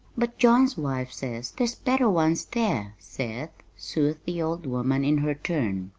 but john's wife says there's better ones there, seth, soothed the old woman in her turn,